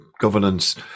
governance